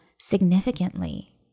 significantly